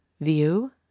view